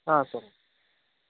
sir